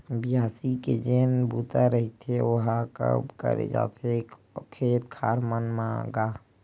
बियासी के जेन बूता रहिथे ओहा कब करे जाथे खेत खार मन म गा?